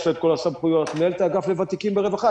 יש לה את כל הסמכויות; מנהלת האגף לוותיקים ברווחה,